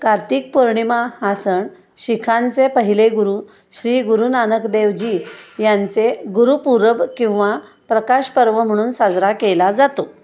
कार्तिक पौर्णिमा हा सण शीखांचे पहिले गुरु श्री गुरुनानक देव जी यांचे गुरुपूरब किंवा प्रकाश पर्व म्हणून साजरा केला जातो